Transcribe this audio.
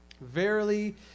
Verily